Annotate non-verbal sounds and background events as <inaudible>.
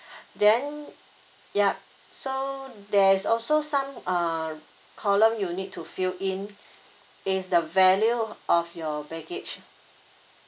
<breath> then yup so there is also some uh column you need to fill in is the value of your baggage